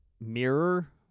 mirror